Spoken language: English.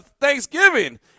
Thanksgiving